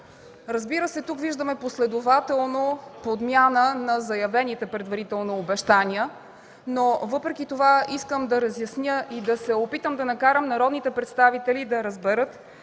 Разбира се, тук виждаме последователно подмяна на заявените предварително обещания, но въпреки това искам да разясня и да се опитам да накарам народните представители да разберат,